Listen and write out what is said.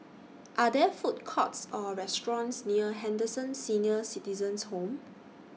Are There Food Courts Or restaurants near Henderson Senior Citizens' Home